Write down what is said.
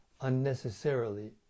unnecessarily